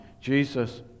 Jesus